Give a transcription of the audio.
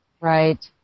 Right